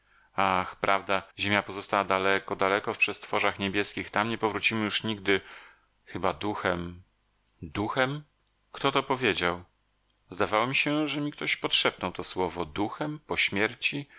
ach prawda ziemia pozostała daleko daleko w przestworzach niebieskich tam nie powrócimy już nigdy chyba duchem duchem kto to powiedział zdawało mi się że mi ktoś podszepnął to słowo duchem po śmierci